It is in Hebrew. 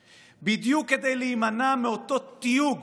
היום, בדיוק כדי להימנע מאותו תיוג